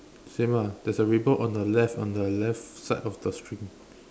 same lah there's a ribbon on the left on the left side of the string